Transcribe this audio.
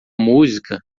música